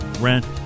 rent